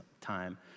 time